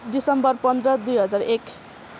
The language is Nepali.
डिसम्बर पन्ध्र दुई हजार एक